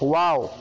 wow